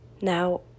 Now